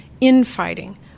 infighting